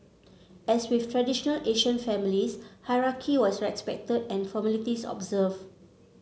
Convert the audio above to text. as with traditional Asian families hierarchy was respected and formalities observed